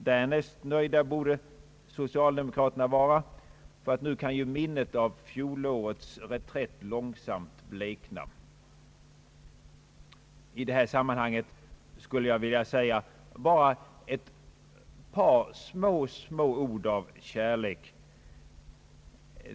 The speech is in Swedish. Därnäst nöjda borde socialdemokraterna vara, ty nu kan ju minnet av fjolårets reträtt långsamt blekna. I detta sammanhang skulle jag vilja säga bara ett par små, små ord av kärlek.